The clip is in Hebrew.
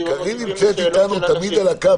קארין נמצאת איתנו תמיד על הקו.